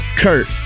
Kurt